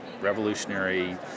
revolutionary